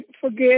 forget